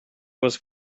was